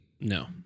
No